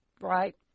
right